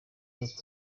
mvuga